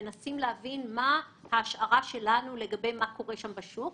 אנחנו מנסים להבין מה ההשערה שלנו לגבי מה קורה שם בשטח.